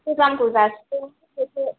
गोजामखौ जासिदो बिसोरखौ